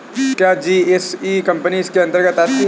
क्या GIC company इसके अन्तर्गत आती है?